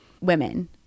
women